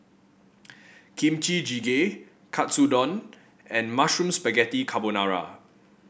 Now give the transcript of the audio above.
Kimchi Jjigae Katsudon and Mushroom Spaghetti Carbonara